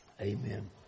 Amen